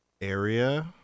area